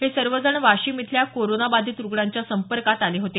हे सर्वजण वाशिम इथल्या कोराना बाधित रुग्णांच्या संपर्कात आले होते